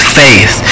faith